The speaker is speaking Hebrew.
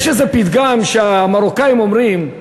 יש איזה פתגם שהמרוקאים אומרים: